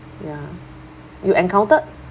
ya you encountered